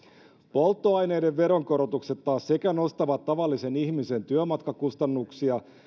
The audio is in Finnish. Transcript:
polttoaineiden veronkorotukset taas sekä nostavat tavallisen ihmisen työmatkakustannuksia